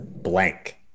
blank